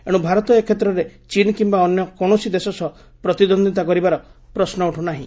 ଏଣୁ ଭାରତ ଏକ୍ଷେତ୍ରରେ ଚୀନ୍ କିୟା ଅନ୍ୟ କୌଣସି ଦେଶ ସହ ପ୍ରତିଦ୍ୱନ୍ଦିତା କରିବାର ପ୍ରଶ୍ନ ଉଠୁ ନାହିଁ